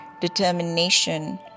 determination